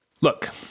Look